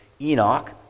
Enoch